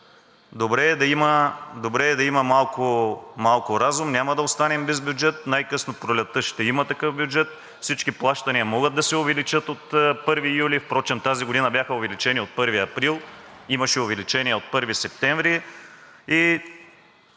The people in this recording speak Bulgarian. Добре е да има малко разум – няма да останем без бюджет. Най късно пролетта ще има такъв бюджет, всички плащания могат да се увеличат от 1 юли. Впрочем тази година бяха увеличени от 1 април, имаше увеличение от 1 септември.